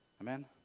Amen